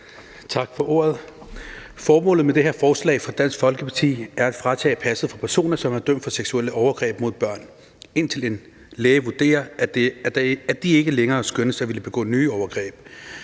Formålet med det her forslag fra Dansk Folkeparti er at tage passet fra personer, som er dømt for seksuelle overgreb mod børn, indtil en læge vurderer, at de ikke længere skønnes at ville begå nye overgreb.